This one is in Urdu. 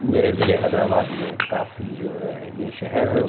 میرے ضلعے حیدر آباد میں کافی جو ہے یہ شہر ہیں